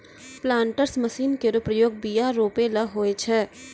planters machine केरो प्रयोग बीया रोपै ल होय छै